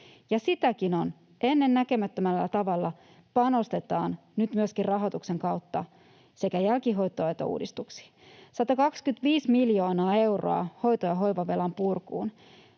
ja sitäkin on. Ennennäkemättömällä tavalla panostetaan nyt myöskin rahoituksen kautta sekä jälkihoitoon että uudistuksiin, 125 miljoonaa euroa hoito- ja hoivavelan purkuun.